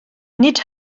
nid